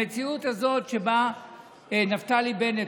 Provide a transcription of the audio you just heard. המציאות הזאת שבה נפתלי בנט,